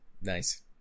Nice